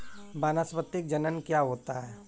वानस्पतिक जनन क्या होता है?